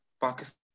Pakistan